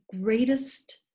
greatest